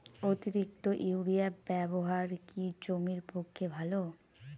অতিরিক্ত ইউরিয়া ব্যবহার কি জমির পক্ষে ভালো?